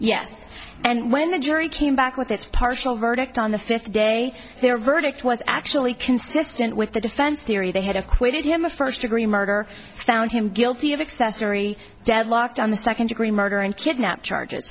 yes and when the jury came back with its partial verdict on the fifth day their verdict was actually consistent with the defense theory they had acquitted him of first degree murder found him guilty of accessory deadlocked on the second degree murder and kidnap charges